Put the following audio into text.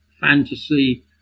fantasy